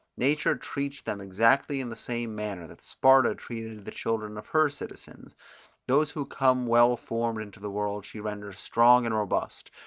nature treats them exactly in the same manner that sparta treated the children of her citizens those who come well formed into the world she renders strong and robust,